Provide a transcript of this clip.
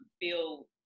feel